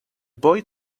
boy